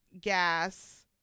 gas